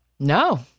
No